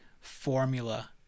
formula